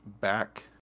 back